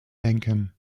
denken